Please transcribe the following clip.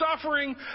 suffering